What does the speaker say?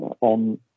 on